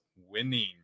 winning